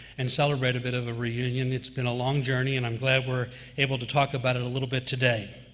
and celebrate a bit of a reunion. it's been a long journey, and i'm glad we're able to talk about it a little bit today.